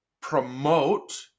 promote